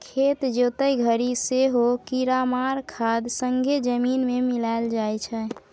खेत जोतय घरी सेहो कीरामार खाद संगे जमीन मे मिलाएल जाइ छै